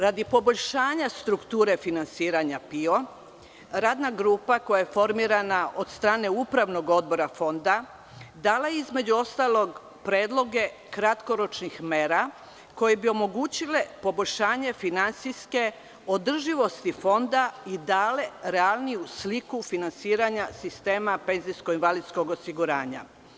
Radi poboljšanja strukture finansiranja PIO, Radna grupa, koja je formirana od strane Upravnog odbora Fonda, dala je, između ostalog, predloge kratkoročnih mera koje bi omogućile poboljšanje finansijske održivosti Fonda i dale realniju sliku finansiranja sistema penzijsko-invalidskog osiguranja.